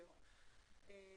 מועד שהתבקש.